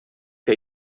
que